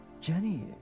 Jenny